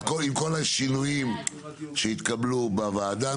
עם כל השינויים שהתקבלו בוועדה.